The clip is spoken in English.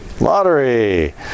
Lottery